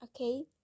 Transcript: okay